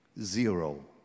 Zero